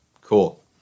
Cool